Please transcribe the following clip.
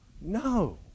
no